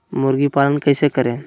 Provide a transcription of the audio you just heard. मुर्गी पालन कैसे करें?